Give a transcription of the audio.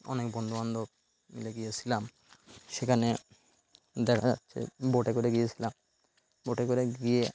অনেক বন্ধুবান্ধব মিলে গিয়েছিলাম সেখানে দেখা যাচ্ছে বোটে করে গিয়েছিলাম বোটে করে গিয়ে